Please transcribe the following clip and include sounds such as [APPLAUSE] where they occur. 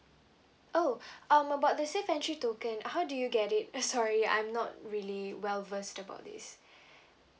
oh [BREATH] um about the safe entry token uh how do you get it [LAUGHS] sorry I'm not really well versed about this [BREATH]